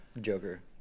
Joker